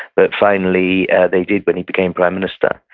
but finally they did when he became prime minister,